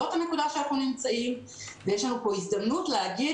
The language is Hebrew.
זאת הנקודה שבה אנחנו נמצאים ויש לנו פה הזדמנות להגיד